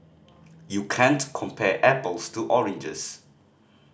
you can't compare apples to oranges